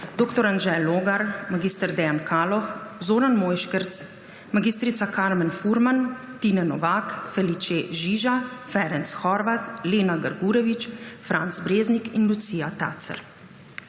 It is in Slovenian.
dr. Anže Logar, mag. Dejan Kaloh, Zoran Mojškerc, mag. Karmen Furman, Tine Novak, Felice Žiža, Ferenc Horváth, Lena Grgurevič, Franc Breznik in Lucija Tacer.